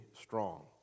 strong